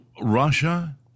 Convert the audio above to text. Russia